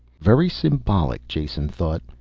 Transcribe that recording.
very symbolic, jason thought.